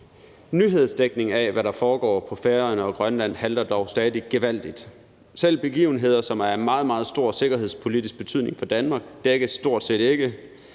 Nyhedsdækning af, hvad der foregår på Færøerne og Grønland halter dog stadig gevaldigt. Selv begivenheder, som er af meget, meget stor sikkerhedspolitisk betydning for Danmark, dækkes stort set ikke,